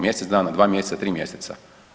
Mjesec dana, 2 mjeseca, 3 mjeseca.